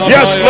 Yes